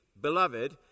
Beloved